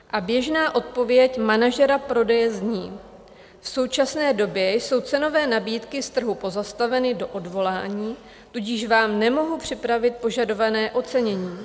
A běžná odpověď manažera prodeje zní: V současné době jsou cenové nabídky z trhu pozastaveny do odvolání, tudíž vám nemohu připravit požadované ocenění.